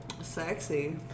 sexy